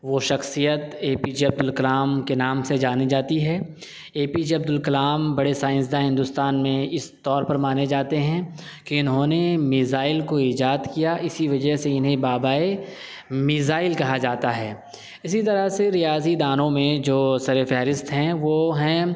وہ شخصیت A P J Abdul Kalam کے نام سے جانی جاتی ہے اے پی جے عبدالکلام بڑے سائنس داں ہندوستان میں اس طور پر مانے جاتے ہیں کہ انہوں نے میزائل کو ایجاد کیا اسی وجہ سے انہیں بابائے میزائل کہا جاتا ہے اسی طرح سے ریاضی دانوں میں جو سر فہرست ہیں وہ ہیں